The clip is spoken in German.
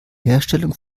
herstellung